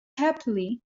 happily